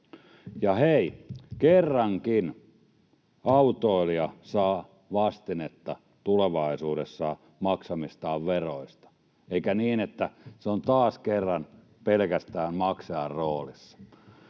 Ja hei, kerrankin autoilija saa tulevaisuudessa vastinetta maksamistaan veroista, eikä niin, että se on taas kerran pelkästään maksajan roolissa.